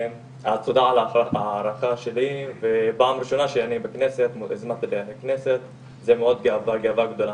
זו פעם ראשונה שאני בכנסת, זאת גאווה גדולה.